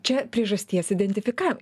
čia priežasties identifika